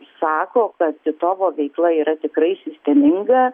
sako kad titovo veikla yra tikrai sisteminga